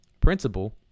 principal